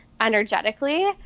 energetically